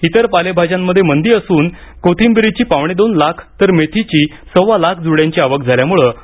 इतर पालेभाज्यांमध्ये मंदी असून कोथिंबिरीची पावणेदोन लाख तर मेथीची सव्वा लाख जुड्यांची आवक झाल्यामुळे भाव खाली आले आहेत